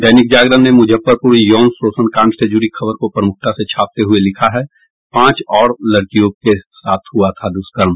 दैनिक जागरण ने मुजफ्फरपुर यौन शोषण कांड से जुड़ी खबर को प्रमुखता से छापते हुये लिखा है पांच और लड़कियों से हुआ था दुष्कर्म